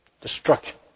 Destruction